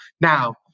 Now